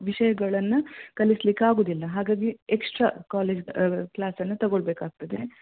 ವಿಷಯಗಳನ್ನು ಕಲಿಸ್ಲಿಕ್ಕಾಗೋದಿಲ್ಲ ಹಾಗಾಗಿ ಎಕ್ಸ್ಟ್ರಾ ಕಾಲೇಜ್ ಕ್ಲಾಸನ್ನು ತಗೊಳ್ಬೇಕಾಗ್ತದೆ